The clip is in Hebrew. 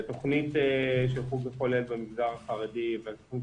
תוכנית של חוג לכל ילד במגזר החרדי והתוכנית